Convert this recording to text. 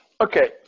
Okay